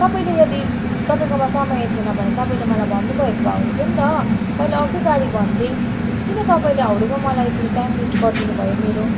तपाईँले यदि तपाईँकोमा समय थिएन भने तपाईँले मलाई भन्नु भएको भए हुन्थ्यो नि त मैले अर्कै गाडी भन्थे किन तपाईँले हाउडेमा मलाई यसरी टाइम वेस्ट गरिदिनु भयो मेरो